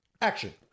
Action